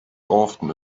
often